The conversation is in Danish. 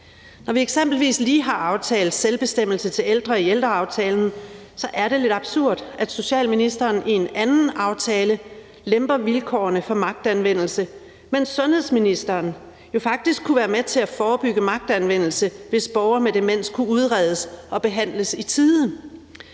Når vi eksempelvis lige har aftalt selvbestemmelse til ældre i ældreaftalen, er det lidt absurd, at socialministeren i en anden aftale lemper vilkårene for magtanvendelse, mens sundhedsministeren jo faktisk kunne være med til at forebygge magtanvendelse, hvis borgere med demens kunne udredes og behandles i tide.